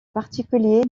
particulier